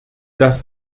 das